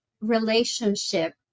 relationship